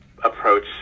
approach